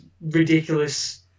ridiculous